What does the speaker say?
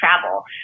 travel